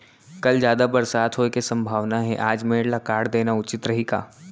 कल जादा बरसात होये के सम्भावना हे, आज मेड़ ल काट देना उचित रही का?